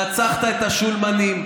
רצחת את השולמנים.